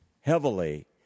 heavily